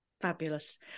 Fabulous